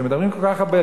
שמדברים עליה כל כך הרבה,